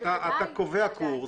אתה קובע קורס,